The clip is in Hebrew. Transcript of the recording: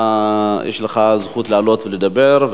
יש לך זכות לעלות ולדבר.